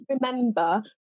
remember